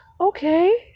okay